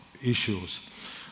issues